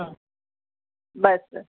हा बसि